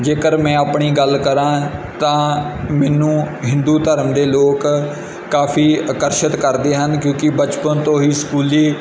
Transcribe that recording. ਜੇਕਰ ਮੈਂ ਆਪਣੀ ਗੱਲ ਕਰਾਂ ਤਾਂ ਮੈਨੂੰ ਹਿੰਦੂ ਧਰਮ ਦੇ ਲੋਕ ਕਾਫੀ ਆਕਰਸ਼ਿਤ ਕਰਦੇ ਹਨ ਕਿਉਂਕਿ ਬਚਪਨ ਤੋਂ ਹੀ ਸਕੂਲੀ